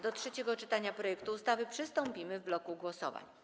Do trzeciego czytania projektu ustawy przystąpimy w bloku głosowań.